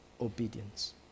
obedience